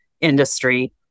industry